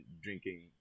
drinking